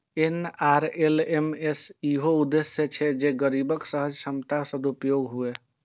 NRLM के इहो उद्देश्य छै जे गरीबक सहज क्षमताक सदुपयोग हुअय